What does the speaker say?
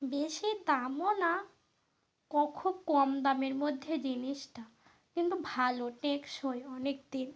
বেশি দামও না খুব কম দামের মধ্যে জিনিসটা কিন্তু ভালো টেকসই অনেক দিন